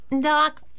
Doc